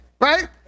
Right